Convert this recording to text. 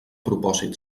propòsit